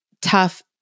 tough